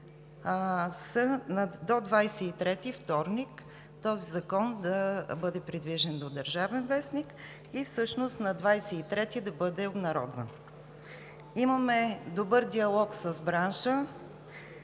до 23-ти, вторник, този закон да бъде придвижен до „Държавен вестник“ и всъщност на тази дата да бъде обнародван. Имаме добър диалог с бранша.